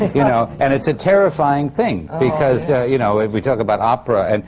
you know. and it's a terrifying thing, because you know, we talk about opera. and